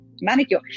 manicure